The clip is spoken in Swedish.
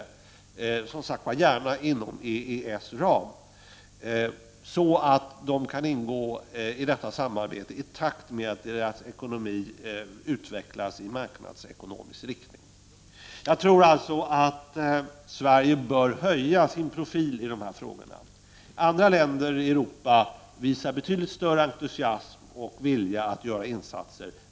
Detta får, som sagt var, gärna ske inom EES ram, så att de kan ingå i detta samarbete i takt med att deras ekonomi utvecklas i marknadsekonomisk riktning. Jag tror alltså att Sverige bör höja sin profil i de här frågorna. Andra länder i Europa visar betydligt större entusiasm och vilja att göra insatser.